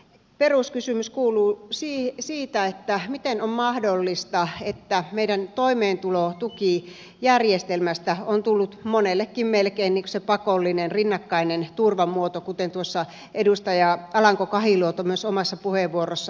peruskysymys kuuluu siitä miten on mahdollista että meidän toimeentulotukijärjestelmästä on tullut monellekin melkein se pakollinen rinnakkainen turvamuoto kuten edustaja alanko kahiluoto myös omassa puheenvuorossaan sanoi